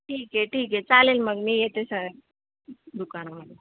ठीक आहे ठीक आहे चालेल मग मी येते स दुकानामध्ये